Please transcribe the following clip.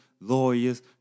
lawyers